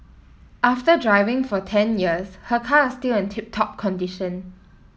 after driving for ten years her car is still in tip top condition